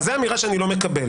סליחה, זו אמירה שאני לא מקבל.